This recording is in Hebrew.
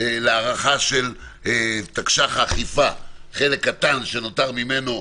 להארכת תקש"ח האכיפה, חלק קטן שנותר ממנו,